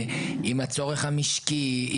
עם הצורך המשקי,